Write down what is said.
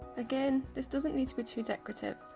again, this doesn't need to be too decorative,